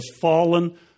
fallen